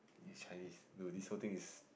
is Chinese no this whole thing is